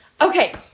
Okay